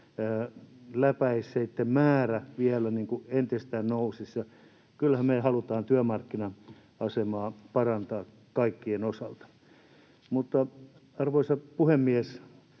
määrä vielä entisestään nousisi. Ja kyllähän me halutaan työmarkkina-asemaa parantaa kaikkien osalta. Arvoisa puhemies!